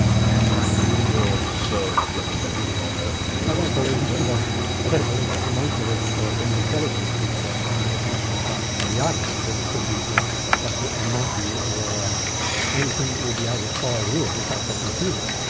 jim franklin, you're searle's representative on earth here. i don't believe the homunculus being intelligent is an essential part of the argument, but it could be yeah just ah a monkey or anything that will be able to follow the rules, in fact a computer.